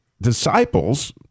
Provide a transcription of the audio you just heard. disciples